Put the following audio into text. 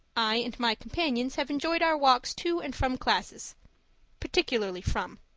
i and my companions have enjoyed our walks to and from classes particularly from.